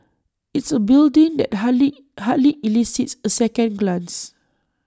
it's A building that hardly hardly elicits A second glance